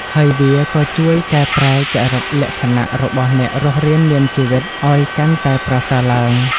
ហើយវាក៏ជួយកែប្រែចរិតលក្ខណៈរបស់អ្នករស់រានមានជីវិតឱ្យកាន់តែប្រសើរឡើង។